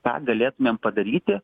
ką galėtumėm padaryti